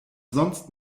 sonst